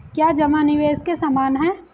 क्या जमा निवेश के समान है?